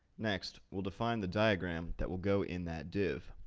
next, we'll define the diagram that will go in that div.